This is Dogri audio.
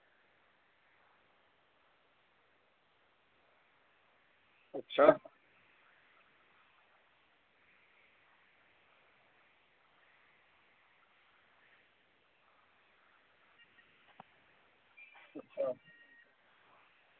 अच्छा अच्छा